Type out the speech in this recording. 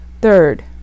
Third